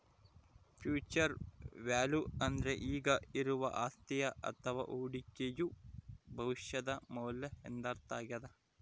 future value ಅಂದ್ರೆ ಈಗ ಇರುವ ಅಸ್ತಿಯ ಅಥವ ಹೂಡಿಕೆಯು ಭವಿಷ್ಯದ ಮೌಲ್ಯ ಎಂದರ್ಥ ಆಗ್ಯಾದ